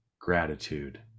gratitude